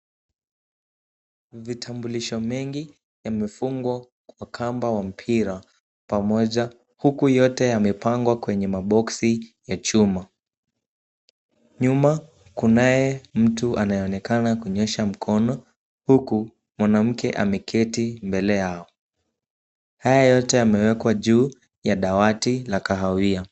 Vitambulisho mengi yamefungwa kwa kamba ya mpira pamoja, huku yote yamepangwa kwenye maboksi ya chuma, nyuma kunaye mtu anayeonekana kunyoosha mkono, huku mwanamke ameketi mbele yao, haya yote yamewekwa juu ya dawati la kahawia.